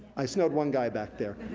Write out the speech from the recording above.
i snowed one guy back there.